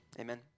Amen